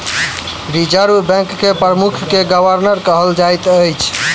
reserve bank के प्रमुख के गवर्नर कहल जाइत अछि